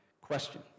question